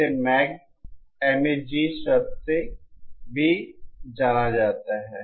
इसे MAG शब्द से भी जाना जाता है